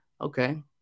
Okay